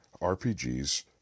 RPGs